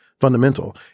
fundamental